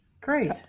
Great